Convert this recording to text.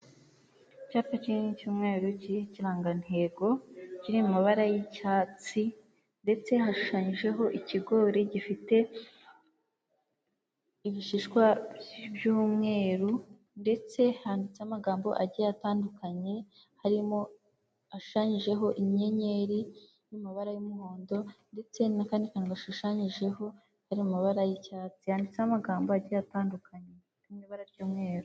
Icyapa kinini cy'umweru kiriho ikirangantego, kiri mu mabara y'icyatsi ndetse hashushanyijeho ikigori gifite ibishishwa by'umweru ndetse handitseho amagambo agiye atandukanye, harimo ashushanyijeho inyenyeri iri mu mabara y'umuhondo ndetse n'akandi kantu gashushanyijeho kari amabara y'icyatsi, yanditseho amagambo agiye atandukanye ari mu ibara ry'umweru.